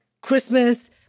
Christmas